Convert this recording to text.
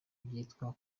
byitwa